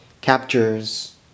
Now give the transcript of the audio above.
captures